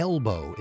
Elbow